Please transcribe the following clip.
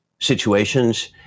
situations